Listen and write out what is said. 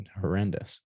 horrendous